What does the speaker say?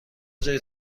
جای